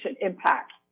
impact